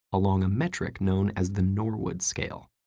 along a metric known as the norwood scale,